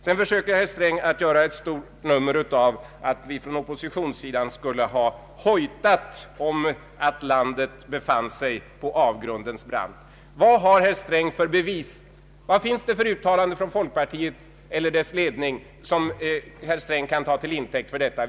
Sedan försöker herr Sträng att göra ett stort nummer av att vi från oppositionssidan skulle ha hojtat om att landet befann sig på avgrundens rand. Vad har herr Sträng för bevis, vad finns det för uttalande från folkpartiet eller dess ledning, som herr Sträng kan ta till intäkt för detta?